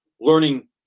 learning